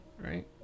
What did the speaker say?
right